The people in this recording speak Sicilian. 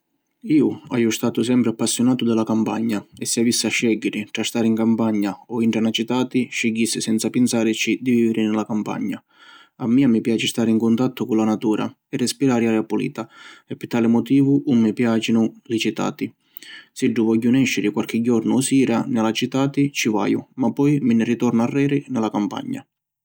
Iu haiu statu sempri appassionatu di la campagna e si avissi a scegghiri tra stari in campagna o intra na citati, scigghissi senza pinsarici di viviri ni la campagna. A mia mi piaci stari in cuntattu cu la natura e respirari aria pulita e pi tali motivu ‘un mi piacinu li citati. Siddu vogghiu nesciri quarchi jornu o sira, ni la citati, ci vaju ma poi mi ni ritornu arreri ni la campagna.